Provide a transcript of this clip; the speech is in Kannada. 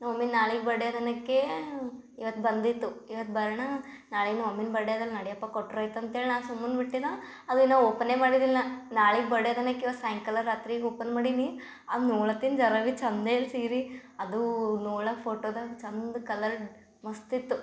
ನಮ್ಮ ಮಮ್ಮಿದ ನಾಳೆಗೆ ಬರ್ಡೆ ಅದನಕ್ಕೇ ಇವತ್ತು ಬಂದಿತ್ತು ಇವತ್ತು ಬರಣ ನಾಳೇನು ಅಮ್ಮನ ಬರ್ಡೆ ಅದ ನಡಿಯಪ್ಪ ಕೊಟ್ರೆ ಆಯ್ತು ಅಂತ್ಹೇಳಿ ನಾ ಸುಮ್ಮುನ ಬಿಟ್ಟಿದ ಅದನ್ನ ಓಪನೆ ಮಾಡಿದಿಲ್ಲ ನಾಳಿಗೆ ಬರ್ಡೆ ಅದನಕ್ ಇವತ್ತು ಸಯಂಕಾಲ ರಾತ್ರಿ ಓಪನ್ ಮಾಡಿವ್ನಿ ಹಂಗೆ ನೋಳತಿನ್ ಜರಾ ಬಿ ಚಂದೆ ಇಲ್ಲ ಸೀರೆ ಅದು ನೋಳಕ್ ಫೋಟೋದಾಗ ಚಂದ ಕಲ್ಲರ್ ಮಸ್ತು ಇತ್ತು